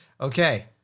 okay